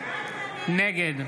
נגד